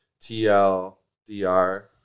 TLDR